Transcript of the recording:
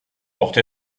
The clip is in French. portent